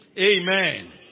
Amen